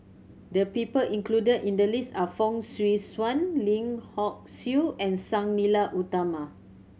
the people included in the list are Fong Swee Suan Lim Hock Siew and Sang Nila Utama